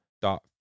dot